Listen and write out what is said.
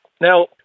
Now